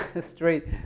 straight